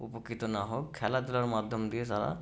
উপকৃত না হোক খেলাধূলার মাধ্যম দিয়ে তারা